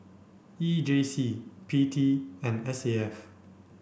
E J C P T and S A F